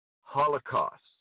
holocaust